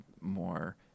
more